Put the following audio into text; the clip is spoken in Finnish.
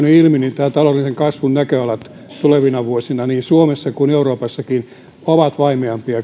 ilmi taloudellisen kasvun näköalat tulevina vuosina niin suomessa kuin euroopassakin ovat vaimeampia